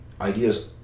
ideas